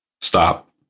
stop